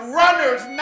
runners